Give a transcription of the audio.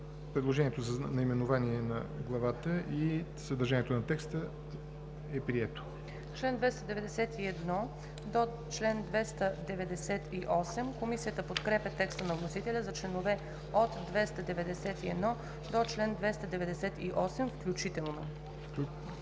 Предложението за наименование на главата и съдържанието на текста е прието. ДОКЛАДЧИК ЕВГЕНИЯ АНГЕЛОВА: Комисията подкрепя теста на вносителя за членове от 291 до чл. 298 включително.